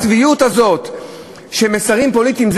אבל הצביעות הזאת שמסרים פוליטיים,